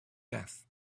death